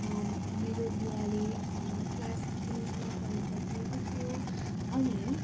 मेरो बुबाले क्लास टेनसम्म पढ्नु त भएको थियो अनि